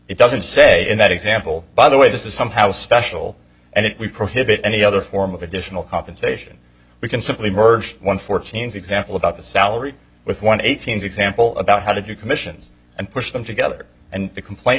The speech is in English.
it doesn't say in that example by the way this is somehow special and it we prohibit any other form of additional compensation we can simply merge one fourteen's example about the salary with one eight hundred example about how to do commissions and push them together and the complaint